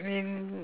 then